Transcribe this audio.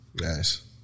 Nice